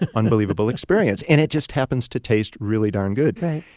and unbelievable experience. and it just happens to taste really darn good